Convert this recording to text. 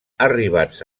arribats